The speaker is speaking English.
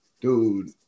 dude